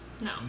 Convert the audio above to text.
No